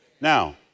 Now